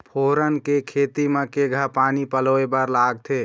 फोरन के खेती म केघा पानी पलोए बर लागथे?